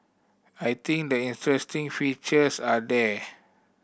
I think the interesting features are there